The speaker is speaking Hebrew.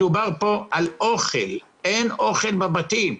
מדובר פה על אוכל, אין אוכל בבתים.